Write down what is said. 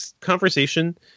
conversation